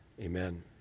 Amen